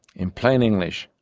in plain english,